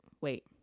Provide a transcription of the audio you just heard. Wait